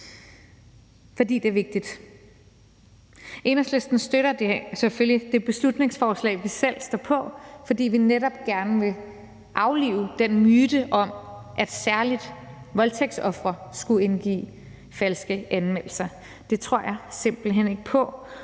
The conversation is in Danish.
fordi det er vigtigt. Enhedslisten støtter selvfølgelig det beslutningsforslag, vi selv står på, fordi vi netop gerne vil aflive den myte om, at særlig voldtægtsofre skulle indgive falske anmeldelser. Det tror jeg simpelt hen ikke på,